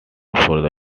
visual